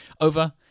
over